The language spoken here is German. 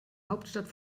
hauptstadt